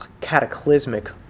cataclysmic